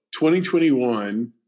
2021